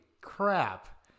crap